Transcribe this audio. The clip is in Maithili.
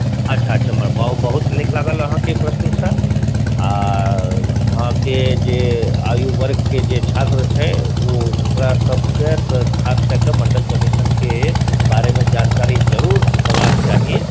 अच्छा अच्छा बाउ बहुत नीक लागल अहाँके प्रश्नसे आ अहाँके जे आयुवर्गके जे छात्र छै ओ ओकरा सभके तऽ खास करिके मण्डल कमीशनके बारेमे जानकारी जरूर हेबाक चाही